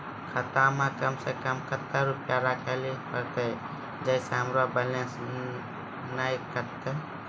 खाता मे कम सें कम कत्ते रुपैया राखै लेली परतै, छै सें हमरो बैलेंस नैन कतो?